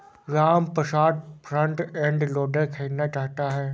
Ramprasad front end loader खरीदना चाहता है